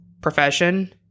profession